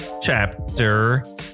chapter